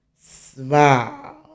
smile